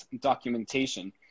documentation